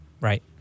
right